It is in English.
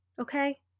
Okay